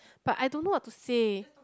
but I don't know what to say